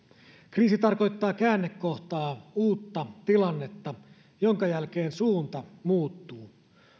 kriisi tarkoittaa käännekohtaa uutta tilannetta jonka jälkeen suunta muuttuu